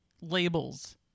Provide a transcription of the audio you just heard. labels